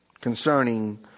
Concerning